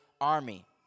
army